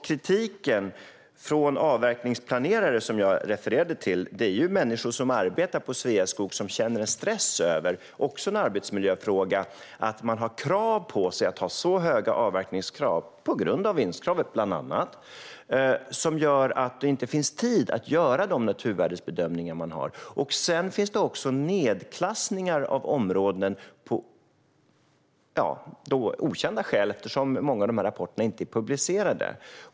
Kritiken från de avverkningsplanerare som jag refererade till kommer från människor som arbetar på Sveaskog och som känner en stress - vilket också är en arbetsmiljöfråga - över att man har krav på sig att ha så höga avverkningskrav, bland annat på grund av vinstkravet, att det inte finns tid att göra de naturvärdesbedömningar man har att göra. Sedan finns det också nedklassningar av områden - av okända skäl, eftersom många av rapporterna inte är publicerade.